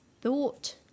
thought